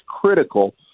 critical